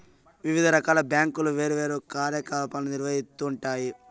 వివిధ రకాల బ్యాంకులు వేర్వేరు కార్యకలాపాలను నిర్వహిత్తూ ఉంటాయి